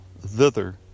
thither